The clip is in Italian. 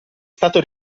stato